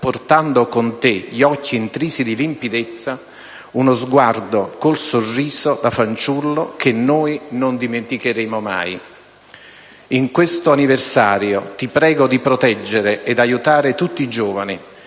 portando con te gli occhi intrisi di limpidezza, uno sguardo con il sorriso da fanciullo che noi non dimenticheremo mai. In questo anniversario ti prego di proteggere e aiutare tutti i giovani